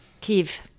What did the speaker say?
Kiev